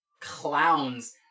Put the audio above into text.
clowns